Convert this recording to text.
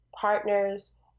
partners